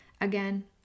Again